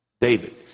David